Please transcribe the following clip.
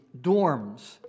dorms